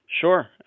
Sure